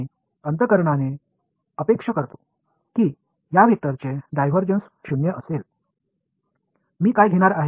எனவே இந்த வெக்டர் இன் வேறுபாடு பூஜ்ஜியமற்றதாக இருக்கும் என்பதை நாம் உள்ளுணர்வுடன் எதிர்பார்க்கலாம்